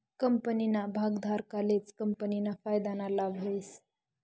कंपनीना भागधारकलेच कंपनीना फायदाना लाभ व्हस